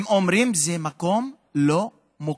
הם אמרו: זה מקום לא מוכר.